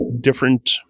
different